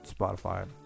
spotify